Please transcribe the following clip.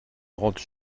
rentre